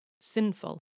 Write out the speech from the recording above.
sinful